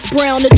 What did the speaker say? Brown